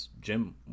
Jim